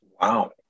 Wow